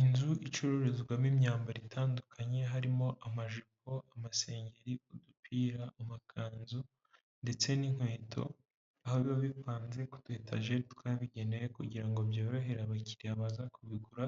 Inzu icururizwamo imyambaro itandukanye, harimo amajipo, amasengeri, udupira, amakanzu ndetse n'inkweto. Aho biba bipanze kutu etajeri twabigenewe kugira ngo byorohere abakiriya baza kubigura